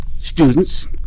students